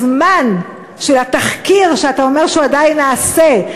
הזמן של התחקיר שאתה אומר שהוא עדיין נעשה,